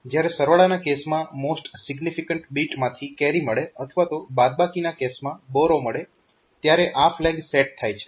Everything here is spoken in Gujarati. જ્યારે સરવાળાના કેસમાં મોસ્ટ સિગ્નિફિકન્ટ બીટ માંથી કેરી મળે અથવા તો બાદબાકીના કેસમાં બોરો મળે ત્યારે આ ફ્લેગ સેટ થાય છે